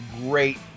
great